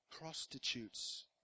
prostitutes